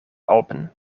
alpen